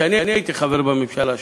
כשאני הייתי חבר בממשלה שלו.